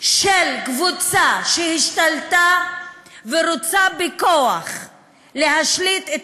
של קבוצה שהשתלטה ורוצה בכוח להשליט את